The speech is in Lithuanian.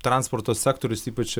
transporto sektorius ypač